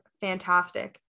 fantastic